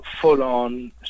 full-on